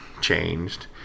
changed